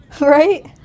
Right